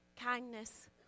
Kindness